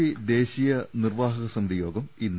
P ദേശീയ നിർവ്വാഹക സമിതി യോഗം ഇന്ന്